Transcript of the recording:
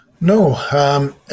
no